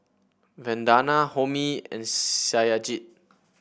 Vandana Homi and Satyajit